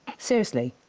seriously.